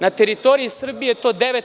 Na teritoriji Srbije je to 9%